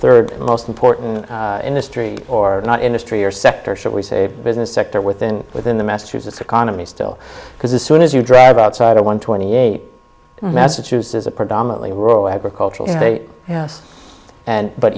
third most important industry or not industry or sector should we say business sector within within the massachusetts economy still because as soon as you drive outside of one twenty eight massachusetts a predominately rural agricultural